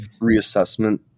reassessment